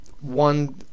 one